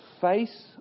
face